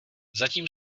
zatím